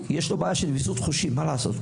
יש לו בעיה של ויסות חושי, מה לעשות?